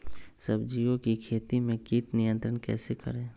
सब्जियों की खेती में कीट नियंत्रण कैसे करें?